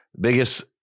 biggest